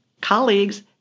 colleagues